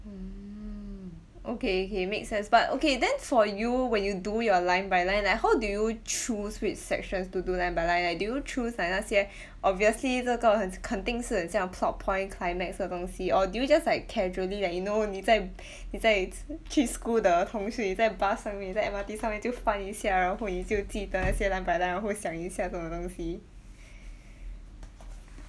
mm okay okay makes sense but okay then for you when you do your line by line like how do you choose which sections to do line by line like do you choose like 那些 obviously 这个肯定是很像 plot point climax 的东西 or do you just like casually like you know 你在 你在吃去 school 的同时你在 bus 上面你在 M_R_T 上面就翻一下然后你就觉得那些 line by line 或想一下这种东西